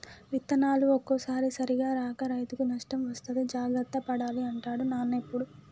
విత్తనాలు ఒక్కోసారి సరిగా రాక రైతుకు నష్టం వస్తది జాగ్రత్త పడాలి అంటాడు నాన్న ఎప్పుడు